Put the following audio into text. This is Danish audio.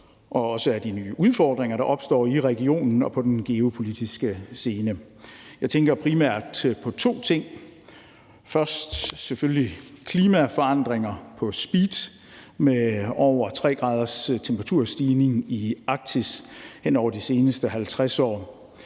og også af de nye udfordringer, der opstår i regionen og på den geopolitiske scene. Jeg tænker primært på to ting: Først er der selvfølgelig klimaforandringer på speed med over 3 graders temperaturstigning i Arktis hen over de seneste 50 år,